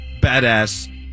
badass